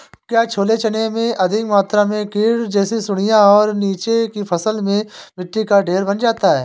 क्या छोले चने में अधिक मात्रा में कीट जैसी सुड़ियां और नीचे की फसल में मिट्टी का ढेर बन जाता है?